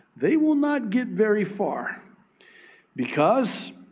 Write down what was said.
they will not get very far because,